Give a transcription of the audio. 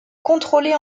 contrôlait